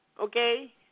okay